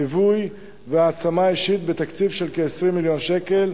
ליווי והעצמה אישית, בתקציב של כ-20 מיליון שקל.